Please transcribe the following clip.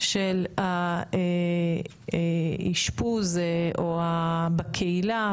של האשפוז בקהילה,